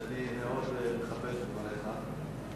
ואני מאוד מכבד את דבריך,